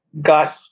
got